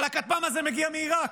אבל הכטב"ם הזה מגיע מעיראק,